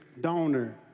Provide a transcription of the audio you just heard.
donor